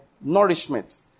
nourishment